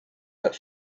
but